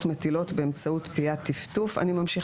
מטילות באמצעות פיית טפטוף (nipple).